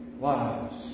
lives